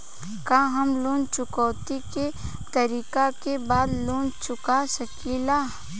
का हम लोन चुकौती के तारीख के बाद लोन चूका सकेला?